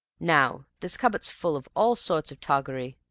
now, this cupboard's full of all sorts of toggery.